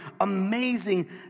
amazing